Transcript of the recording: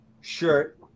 shirt